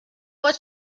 was